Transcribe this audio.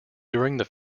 during